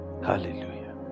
Hallelujah